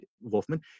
Wolfman